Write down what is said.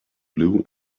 blue